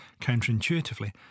counterintuitively